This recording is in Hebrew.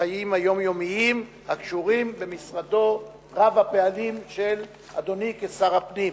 לחיים היומיומיים הקשורים במשרדו רב-הפעלים של אדוני כשר הפנים.